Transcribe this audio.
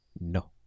No